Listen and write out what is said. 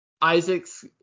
Isaac's